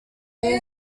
new